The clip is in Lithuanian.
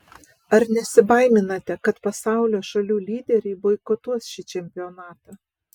ar nesibaiminate kad pasaulio šalių lyderiai boikotuos šį čempionatą